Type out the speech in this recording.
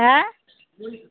হ্যাঁ